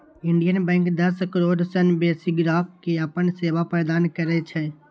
Indian bank दस करोड़ सं बेसी ग्राहक कें अपन सेवा प्रदान करै छै